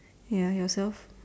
ya yourself